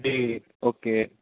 جی okay